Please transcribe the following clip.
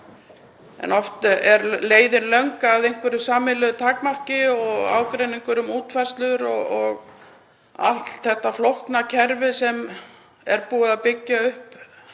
En oft er leiðin löng að einhverju sameiginlegu takmarki og ágreiningur um útfærslur og allt þetta flókna kerfi sem er búið að byggja upp